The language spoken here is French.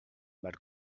mal